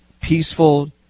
peaceful